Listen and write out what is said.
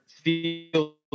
feel